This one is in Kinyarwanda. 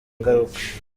ingaruka